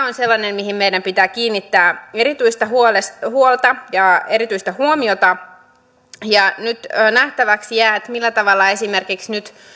on sellainen asia mihin meidän pitää kiinnittää erityistä huolta ja erityistä huomiota nyt nähtäväksi jää millä tavalla esimerkiksi nyt